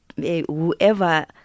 whoever